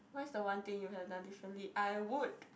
what is the one thing you have done differently I would